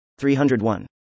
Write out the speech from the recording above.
301